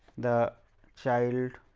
the child